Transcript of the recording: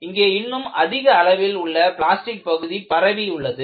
இங்கே இன்னும் அதிக அளவில் உள்ள பிளாஸ்டிக் பகுதி பரவி உள்ளது